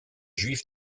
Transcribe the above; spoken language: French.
juifs